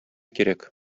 кирәк